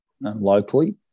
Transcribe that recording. locally